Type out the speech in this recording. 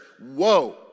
whoa